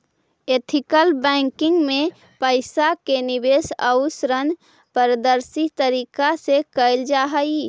ethical banking में पइसा के निवेश आउ ऋण पारदर्शी तरीका से कैल जा हइ